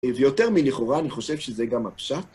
ויותר מלכאורה, אני חושב שזה גם הפשט.